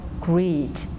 greed